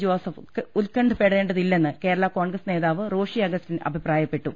Joseph ഉൽക്കണ്ഠപ്പെടേണ്ടതില്ലെന്ന് കേരളാ കോൺഗ്രസ് നേതാവ് റോഷി അഗസ്റ്റിൻ അഭിപ്രായപ്പെട്ടു